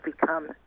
become